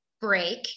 break